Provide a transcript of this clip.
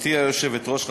גברתי היושבת-ראש,